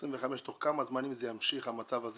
ה-0.25% תוך כמה זמן אם המצב הזה